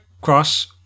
Cross